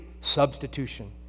Substitution